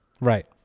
Right